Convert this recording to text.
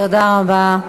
תודה רבה.